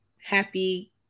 happy